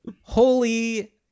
holy